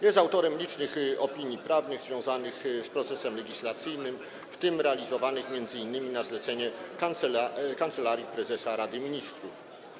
Jest autorem licznych opinii prawnych związanych z procesem legislacyjnym, w tym realizowanych m.in. na zlecenie Kancelarii Prezesa Rady Ministrów.